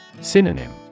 Synonym